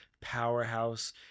powerhouse